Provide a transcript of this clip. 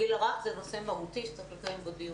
הגיל הרך הוא נושא מהותי שצריך לקיים בו דיון.